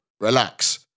Relax